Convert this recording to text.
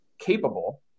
capable